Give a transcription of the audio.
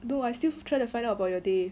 no I still try to find out about your day